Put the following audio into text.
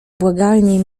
błagalnie